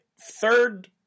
third